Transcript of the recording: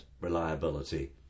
reliability